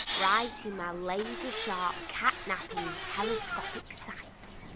right in my laser-sharp cat-napping telescopic sights.